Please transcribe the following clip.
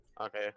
Okay